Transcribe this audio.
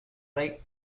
lake